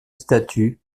statues